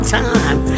time